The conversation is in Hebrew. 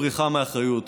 הבריחה מאחריות,